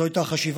זאת הייתה החשיבה.